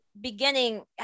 beginning